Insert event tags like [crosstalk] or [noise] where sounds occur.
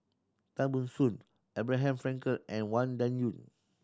Tan Ban Soon Abraham Frankel and Wang [unintelligible]